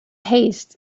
haste